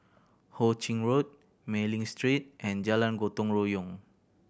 Ho Ching Road Mei Ling Street and Jalan Gotong Royong